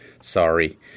Sorry